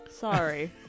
sorry